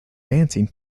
fancy